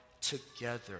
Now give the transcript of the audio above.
together